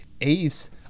Ace